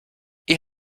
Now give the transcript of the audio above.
ihr